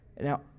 Now